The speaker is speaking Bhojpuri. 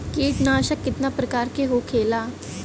कीटनाशक कितना प्रकार के होखेला?